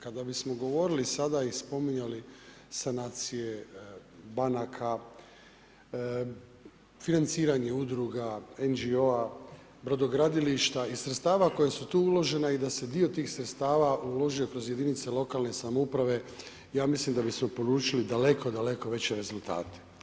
Kada bismo govorili sada i spominjali sanacije banka, financiranje udruga, NGO-a, brodogradilišta i sredstava koja su tu uložena i da se dio tih sredstava uložio kroz jedinice lokalne samouprave, ja mislim da bismo polučili daleko, daleko veće rezultate.